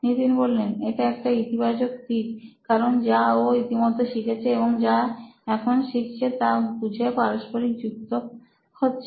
নিতিন এটা একটা ইতিবাচক দিক কারণ যা ও ইতিমধ্যে শিখেছে এবং যা এখন শিখছে তা বুঝে পরস্পর যুক্ত হচ্ছে